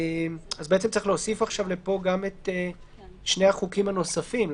צריך להוסיף עכשיו לפה גם את שני החוקים הנוספים,